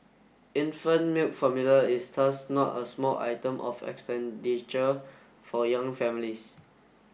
infant milk formula is thus not a small item of expenditure for young families